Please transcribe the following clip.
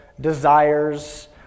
desires